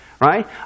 Right